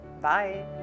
Bye